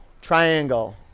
triangle